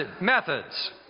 methods